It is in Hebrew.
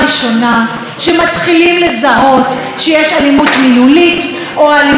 אלימות מילולית או אלימות כלכלית או אלימות פיזית.